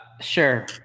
sure